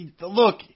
look –